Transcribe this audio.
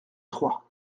trois